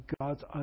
God's